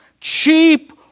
cheap